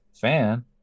fan